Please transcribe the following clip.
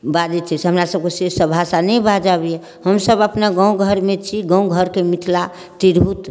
बाजैत छै से हमरा सबके से सब भाषा नहि बाजऽ अबैया हमसब अपना गाँव घरमे छी गाँव घरके मिथिला तिरहुत